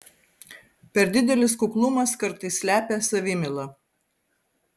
per didelis kuklumas kartais slepia savimylą